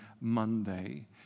Monday